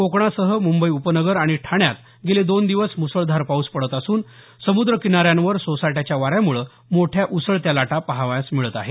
कोकणासह मुंबईत उपनगर आणि ठाण्यात गेले दोन दिवस मुसळधार पाऊस पडत असून समुद्र किनाऱ्यांवर सोसाट्याच्या वाऱ्यामुळे मोठ्या उसळत्या लाटा पहावयास मिळत आहेत